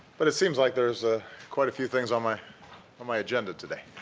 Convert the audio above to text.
but it seems like there's ah quite a few things on my on my agenda today.